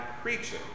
creature